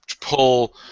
pull